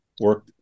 work